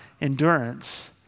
endurance